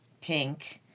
pink